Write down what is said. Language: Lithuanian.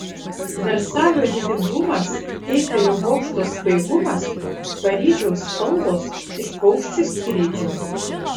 versalio didingumas eifelio bokšto svaigumas paryžiaus spalvos iš paukščių skrydžio